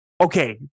okay